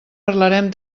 parlarem